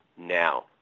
now